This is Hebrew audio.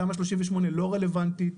תמ"א 38 לא רלוונטי.